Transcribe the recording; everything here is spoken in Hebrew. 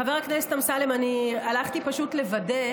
חבר הכנסת אמסלם, הלכתי לוודא,